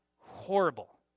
horrible